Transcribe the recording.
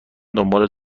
دنبال